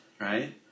Right